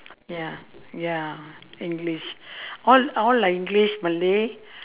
ya ya english all all like english ealay